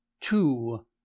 TWO